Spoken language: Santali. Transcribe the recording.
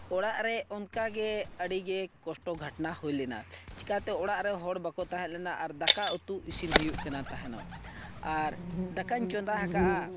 ᱚᱲᱟᱜᱨᱮ ᱚᱱᱠᱟᱜᱮ ᱟᱹᱰᱤᱜᱮ ᱠᱚᱥᱴᱚ ᱜᱷᱚᱴᱱᱟ ᱦᱩᱭᱞᱮᱱᱟ ᱪᱮᱠᱟᱛᱮ ᱚᱲᱟᱜᱨᱮ ᱦᱚᱲ ᱵᱟᱠᱚ ᱛᱟᱦᱮᱸᱞᱮᱱᱟ ᱟᱨ ᱫᱟᱠᱟᱼᱩᱛᱩ ᱤᱥᱤᱱ ᱦᱩᱭᱩᱜ ᱠᱟᱱᱟ ᱛᱟᱦᱮᱱᱚᱜ ᱟᱨ ᱫᱟᱠᱟᱧ ᱪᱚᱸᱫᱟ ᱦᱟᱠᱟᱫᱼᱟ